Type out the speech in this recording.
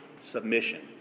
Submission